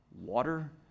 Water